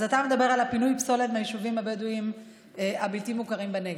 אתה מדבר על פינוי פסולת מהיישובים הבדואיים הבלתי-מוכרים בנגב.